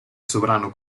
sovrano